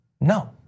No